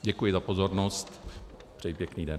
Děkuji za pozornost, přeji pěkný den.